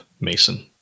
Mason